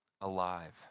alive